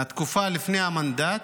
מהתקופה שלפני המנדט,